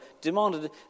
demanded